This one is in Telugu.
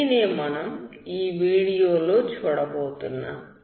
దీనినే మనం ఈ వీడియోలో చూడబోతున్నాం